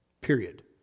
period